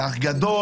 זה אח גדול,